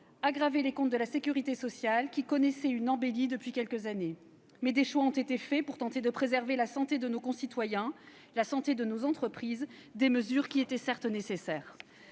aggravé les comptes de la sécurité sociale, lesquels connaissaient une embellie depuis quelques années. Mais des choix ont été faits pour tenter de préserver la santé de nos concitoyens et de nos entreprises, des mesures qui étaient nécessaires.